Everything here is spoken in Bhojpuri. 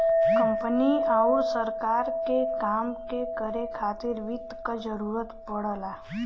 कंपनी आउर सरकार के काम के करे खातिर वित्त क जरूरत पड़ला